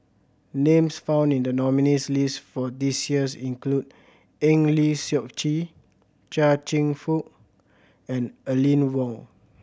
names found in the nominees' list for this years include Eng Lee Seok Chee Chia Cheong Fook and Aline Wong